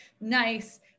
nice